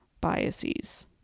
biases